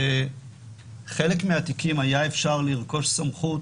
שבחלק מהתיקים היה אפשר לרכוש סמכות